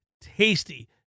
tasty